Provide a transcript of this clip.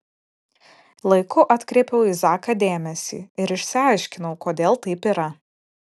laiku atkreipiau į zaką dėmesį ir išsiaiškinau kodėl taip yra